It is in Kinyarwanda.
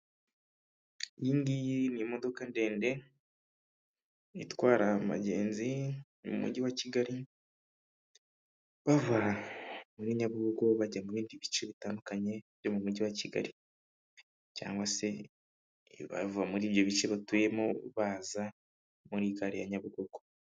Iyi ngiyi ni imodoka ndende itwara abagenzi mu mujyi wa Kigali, bava muri Nyabugugo bajya mu bindi bice bitandukanye byo mu mujyi wa Kigali ,cyangwa se bava muri ibyo bice batuyemo baza muri gare ya Nyabugogo.